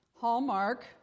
Hallmark